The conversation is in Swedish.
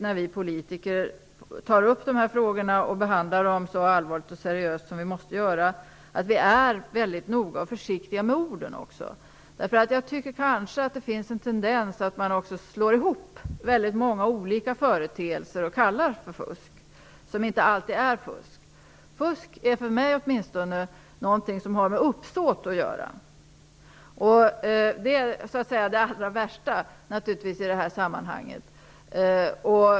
När vi politiker tar upp dessa frågor och behandlar dem så allvarligt och seriöst som vi måste göra tycker jag också att det är viktigt att vi är väldigt försiktiga och noga med orden. Det finns kanske en tendens att slå ihop många olika företeelser som man kallar för fusk, men som inte alltid är fusk. Fusk är åtminstone för mig någonting som har med uppsåt att göra. Det är det allra värsta i det här sammanhanget.